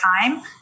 time